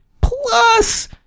Plus